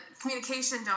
communication